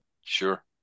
Sure